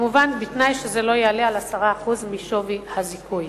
כמובן בתנאי שזה לא יעלה על 10% משווי הזיכוי.